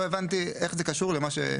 לא הבנתי איך זה קשור למה אדוני אומר.